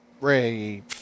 Ray